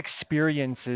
experiences